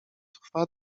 trwa